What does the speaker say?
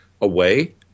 away